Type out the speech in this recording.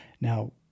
Now